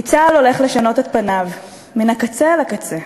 כי צה"ל הולך לשנות את פניו מן הקצה אל הקצה.